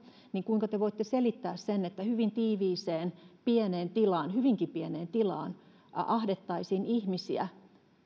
niin kuinka te te voitte selittää sen että hyvin tiiviiseen pieneen tilaan hyvinkin pieneen tilaan ahdettaisiin ihmisiä